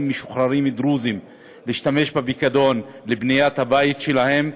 משוחררים דרוזים להשתמש בפיקדון לבניית הבית שלהם,